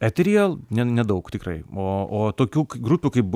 eteryje ne nedaug tikrai o o tokių grupių kaip